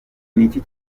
iki